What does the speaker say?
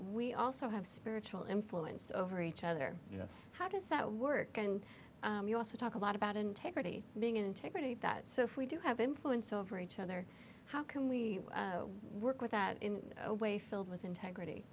we also have spiritual influence over each other yes how does that work and we also talk a lot about integrity being integrity that so if we do have influence over each other how can we work with that in a way filled with integrity